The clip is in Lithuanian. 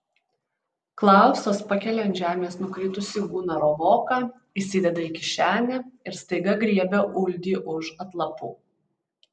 klausas pakelia ant žemės nukritusį gunaro voką įsideda į kišenę ir staiga griebia uldį už atlapų